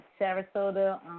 Sarasota